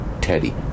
Teddy